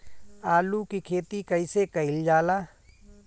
आलू की खेती कइसे कइल जाला?